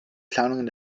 planungen